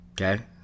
Okay